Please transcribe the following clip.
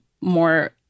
more